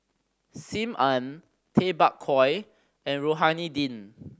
Sim Ann Tay Bak Koi and Rohani Din